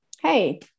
hey